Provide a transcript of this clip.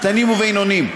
קטנים ובינוניים,